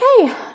Okay